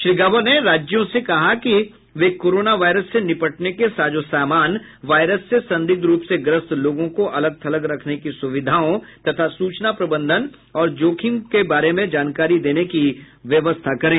श्री गॉबा ने राज्यों से कहा कि वे कोरोना वायरस से निपटने के साजो सामान वायरस से संदिग्ध रूप से ग्रस्त लोगों को अलग थलग रखने की सुविधाओं तथा सूचना प्रबंधन और जोखिम के बारे में जानकारी देने की व्यवस्था करें